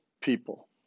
people